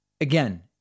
again